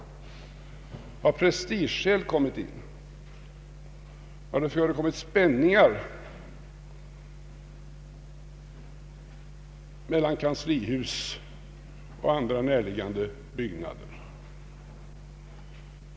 Har prestigeskäl kommit in i bilden? Har det förekommit spänningar mellan kanslihuset och detta närliggande byggnader?